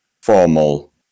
formal